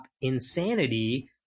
insanity